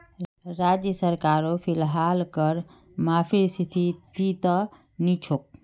राज्य सरकारो फिलहाल कर माफीर स्थितित नी छोक